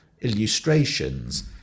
illustrations